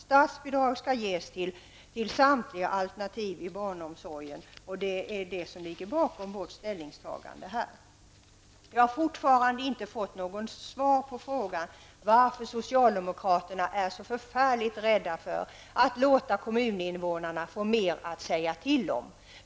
Statsbidrag bör betalas ut till samtliga alternativ inom barnomsorgen. Det är vad som ligger bakom vårt ställningstagande här. Jag har fortfarande inte fått något svar på frågan varför socialdemokraterna är så förfärligt rädda för att låta kommuninvånarna få mer att säga till om.